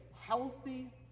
healthy